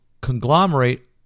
conglomerate